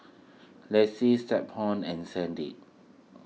Lise Stephon and Sandy